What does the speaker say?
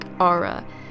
aura